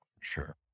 Sure